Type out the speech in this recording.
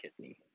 kidney